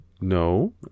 no